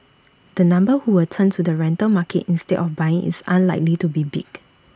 the number who will turn to the rental market instead of buying is unlikely to be big